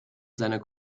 seiner